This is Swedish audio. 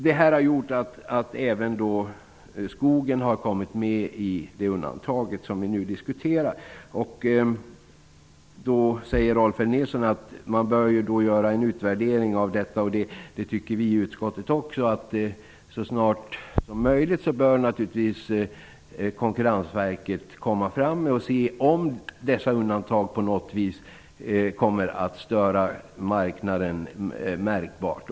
Det här har gjort att även skogen har kommit med i undantaget som vi nu diskuterar. Då säger Rolf L Nilson att man bör göra en utvärdering av detta, och det tycker vi i utskottet också. Så snart som möjligt bör naturligtvis Konkurrensverket undersöka om dessa undantag på något vis kommer att störa marknaden märkbart.